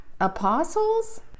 apostles